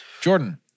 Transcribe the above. Jordan